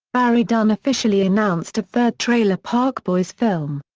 barrie dunn officially announced a third trailer park boys film.